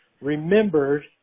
remembered